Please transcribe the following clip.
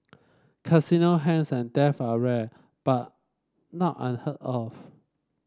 Casino heist and theft are rare but not unheard of